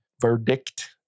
Verdict